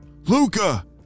Luca